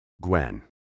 Gwen